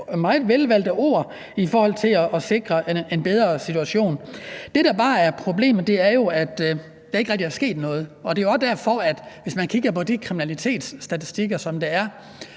meget velvalgte ord i forhold til at sikre en bedre situation. Det, der bare er problemet, er jo, at der ikke rigtig er sket noget. Hvis man kigger på de kriminalitetsstatistikker, der er